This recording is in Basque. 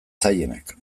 zailenak